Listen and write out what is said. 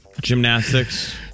Gymnastics